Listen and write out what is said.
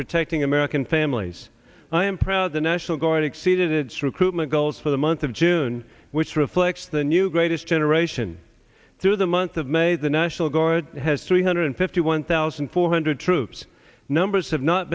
protecting american families i am proud the national guard exceeded its recruitment goals for the month of june which reflects the new greatest generation through the month of may the national guard has three hundred fifty one thousand four hundred troops numbers have not